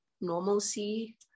normalcy